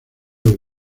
del